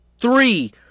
three